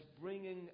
bringing